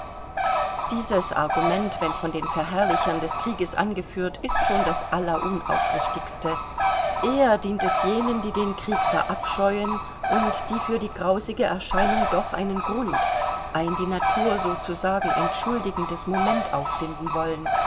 dieses argument wenn von den verherrlichern des krieges angeführt ist schon das allerunaufrichtigste eher dient es jenen die den krieg verabscheuen und die für die grausige erscheinung doch einen grund ein die natur sozusagen entschuldigendes moment auffinden wollen